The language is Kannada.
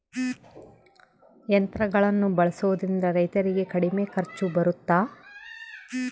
ಯಂತ್ರಗಳನ್ನ ಬಳಸೊದ್ರಿಂದ ರೈತರಿಗೆ ಕಡಿಮೆ ಖರ್ಚು ಬರುತ್ತಾ?